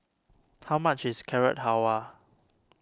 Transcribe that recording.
how much is Carrot Halwa